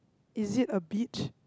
is it a beach